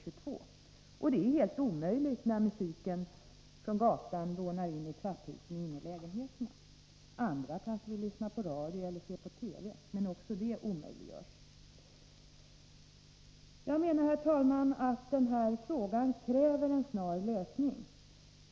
22.00, men det är helt omöjligt när musik från gatan dånar in i trapphusen och in i lägenheterna. Andra kanske vill lyssna på radio eller se på TV, men också det omöjliggörs. Jag menar, herr talman, att den här frågan kräver en snar lösning.